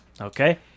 Okay